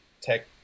tech